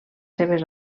seves